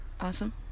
awesome